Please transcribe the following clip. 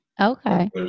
Okay